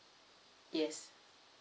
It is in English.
yes